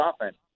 offense